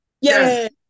Yes